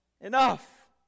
Enough